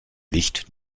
licht